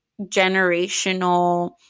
generational